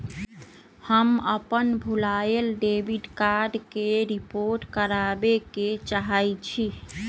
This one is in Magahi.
हम अपन भूलायल डेबिट कार्ड के रिपोर्ट करावे के चाहई छी